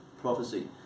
prophecy